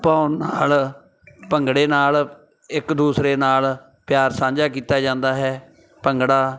ਪਾਉਣ ਨਾਲ ਭੰਗੜੇ ਨਾਲ ਇੱਕ ਦੂਸਰੇ ਨਾਲ ਪਿਆਰ ਸਾਂਝਾ ਕੀਤਾ ਜਾਂਦਾ ਹੈ ਭੰਗੜਾ